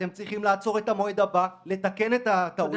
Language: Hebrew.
אתם צריכים לעצור את המועד הבא ולתקן את הטעויות.